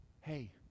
Hey